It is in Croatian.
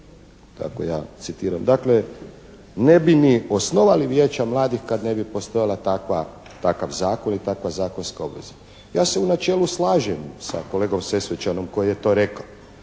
Dakle, ne bi ni osnovali Vijeća mladih kad ne bi postojao takav zakon i takva zakonska obveza. Ja se u načelu slažem sa kolegom Sesvečanom koji je to rekao.